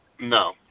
No